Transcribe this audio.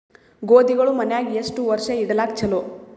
ಗೋಧಿಗಳು ಮನ್ಯಾಗ ಎಷ್ಟು ವರ್ಷ ಇಡಲಾಕ ಚಲೋ?